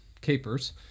Capers